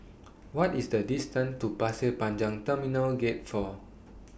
What IS The distance to Pasir Panjang Terminal Gate four